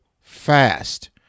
fast